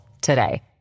today